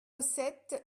sept